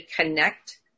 connect